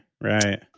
right